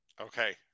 Okay